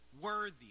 worthy